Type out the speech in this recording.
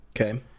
Okay